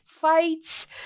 fights